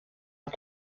uns